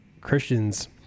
Christians